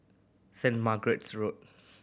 Saint Margaret's Road